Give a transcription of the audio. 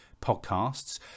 podcasts